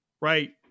right